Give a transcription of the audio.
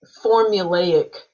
formulaic